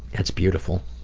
that's beautiful.